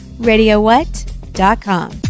RadioWhat.com